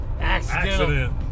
Accident